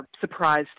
surprised